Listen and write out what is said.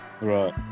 right